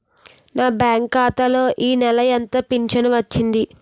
నా బ్యాంక్ ఖాతా లో ఈ నెల ఎంత ఫించను వచ్చింది?